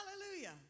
hallelujah